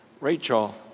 Rachel